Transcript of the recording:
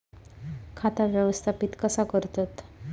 खाता व्यवस्थापित कसा करतत?